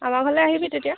আমাৰ ঘৰলৈ আহিবি তেতিয়া